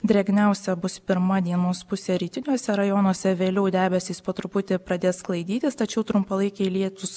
drėgniausia bus pirma dienos pusė rytiniuose rajonuose vėliau debesys po truputį pradės sklaidytis tačiau trumpalaikiai lietūs